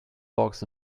box